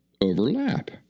overlap